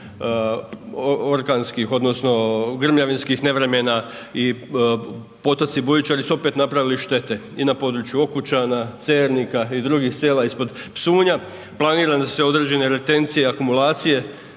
orkanskih, odnosno grmljavinskih nevremena i potoci bujičari su opet napravili štete i na području Okučana, Cernika i drugih sela ispod Psunja. Planirane su određene retencije i akumulacije,